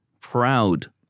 proud